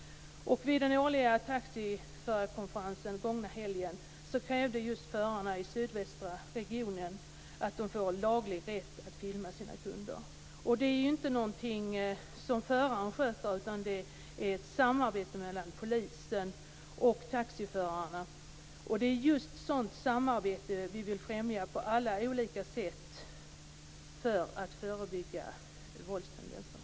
Vid den årliga taxiförarkonferensen den gångna helgen krävde just förarna i sydvästra regionen att få laglig rätt att filma sina kunder. Det är inte någonting som föraren sköter, utan det är ett samarbete mellan polisen och taxiförarna. Det är just sådant samarbete som vi vill främja på alla olika sätt för att förebygga våldstendenser.